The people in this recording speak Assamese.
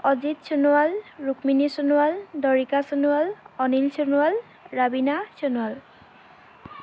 অজিত সোণোৱাল ৰুক্মিণী সোণোৱাল দৰিকা সোণোৱাল অনিল সোণোৱাল ৰাবীনা সোণোৱাল